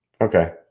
Okay